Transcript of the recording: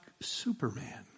Superman